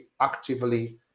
actively